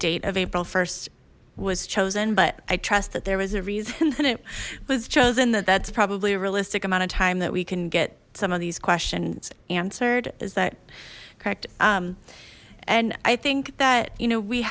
date of april first was chosen but i trust that there was a reason and it was chosen that that's probably a realistic amount of time that we can get some of these questions answered is that correct um and i think that you know we